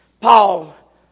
Paul